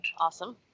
Awesome